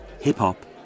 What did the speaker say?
hip-hop